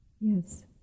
Yes